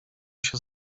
się